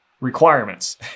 requirements